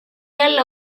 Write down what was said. jälle